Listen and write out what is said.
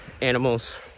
animals